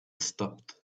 stopped